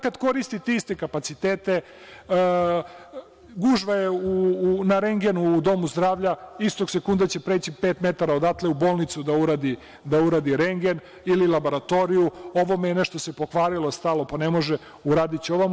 Kada koristite iste kapacitete, gužva je na rentgenu u domu zdravlja, istog sekunda će preći pet metara odatle u bolnicu da uradi rentgen ili laboratoriju, ovome se nešto pokvarilo, stalo pa ne može, uradiću ovamo.